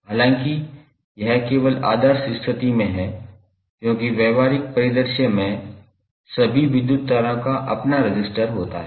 हालांकि यह केवल आदर्श स्थिति में है क्योंकि व्यावहारिक परिदृश्य में सभी विद्युत तारों का अपना रजिस्टर होता है